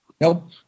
nope